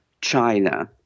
China